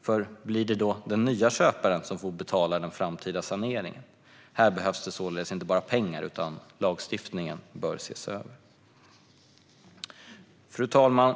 eftersom man inte vet om det blir den nya köparen som får betala den framtida saneringen. Här behövs det således inte bara pengar utan en översyn av lagstiftningen. Fru talman!